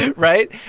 right?